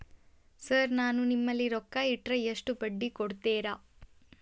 Sir ನಾನು ನಿಮ್ಮಲ್ಲಿ ರೊಕ್ಕ ಇಟ್ಟರ ಎಷ್ಟು ಬಡ್ಡಿ ಕೊಡುತೇರಾ?